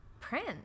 prince